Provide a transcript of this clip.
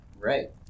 Right